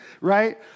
right